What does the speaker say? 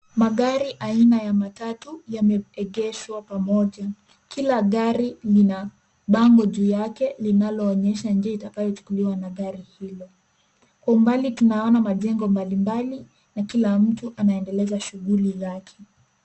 Magari aina ya matatu ya meegeshwa pamoja . Kila gari lina bango juu yake linaloonyesha nji itakayo chukuliwa na gari hilo. Kwa umbali tunaona majengo mbalimbali na kila mtu anaendeleza shughuli zake.